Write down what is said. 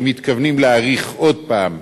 שמתכוונים להאריך עוד פעם,